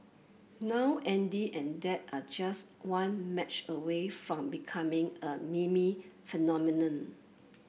now Andy and dad are just one match away from becoming a meme phenomenon